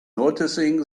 noticing